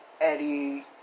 Eddie